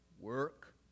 work